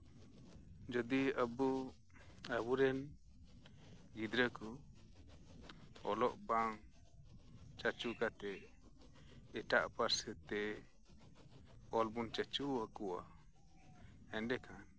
ᱡᱩᱫᱤ ᱟᱵᱚ ᱟᱵᱚᱨᱮᱱ ᱜᱤᱫᱽᱨᱟᱹ ᱠᱚ ᱚᱞᱚᱜ ᱵᱟᱝ ᱪᱟᱪᱚ ᱠᱟᱛᱮ ᱮᱴᱟᱜ ᱯᱟᱹᱨᱥᱤ ᱛᱮ ᱚᱞ ᱵᱚᱱ ᱪᱟᱪᱚᱣᱟᱠᱚᱣᱟ ᱮᱸᱰᱮᱠᱷᱟᱱ